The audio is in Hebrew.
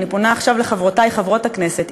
אני פונה עכשיו לחברותי חברות הכנסת,